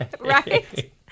right